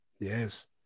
Yes